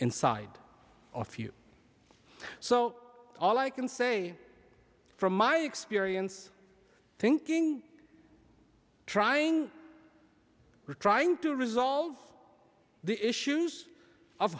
inside of you so all i can say from my experience thinking trying trying to resolve the issues of